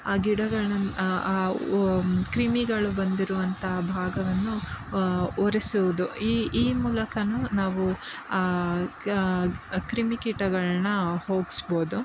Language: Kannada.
ಆ ಗಿಡಗಳನ್ನು ಕ್ರಿಮಿಗಳು ಬಂದಿರುವಂಥ ಭಾಗವನ್ನು ಒರೆಸುವುದು ಈ ಈ ಮೂಲಕನೂ ನಾವು ಕಾ ಕ್ರಿಮಿಕೀಟಗಳನ್ನ ಹೋಗಿಸ್ಬೋದು